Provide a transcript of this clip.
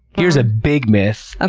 here's a big myth, ah